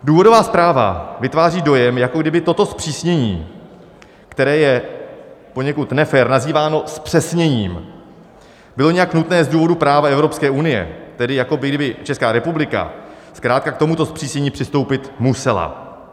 Důvodová zpráva vytváří dojem, jako kdyby toto zpřísnění, které je poněkud nefér nazýváno zpřesněním, bylo nějak nutné z důvodu práva Evropské unie, tedy jako kdyby Česká republika zkrátka k tomuto zpřísnění přistoupit musela.